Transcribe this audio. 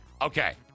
okay